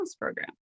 program